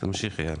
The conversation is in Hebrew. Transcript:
תמשיך אייל.